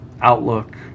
outlook